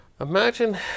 Imagine